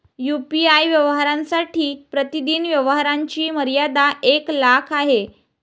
UPI व्यवहारांसाठी प्रतिदिन व्यवहारांची मर्यादा एक लाख आहे